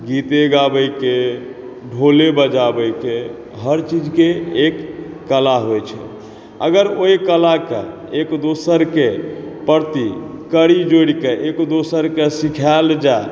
गीते गाबयके ढोले बजाबयके हरचीजके एक कला होइ छै अगर ओहिकलाके एकदोसरके प्रति कड़ी जोड़िक एकदोसरके सिखायल जाय